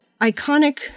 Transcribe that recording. Iconic